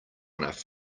enough